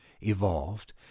evolved